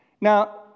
Now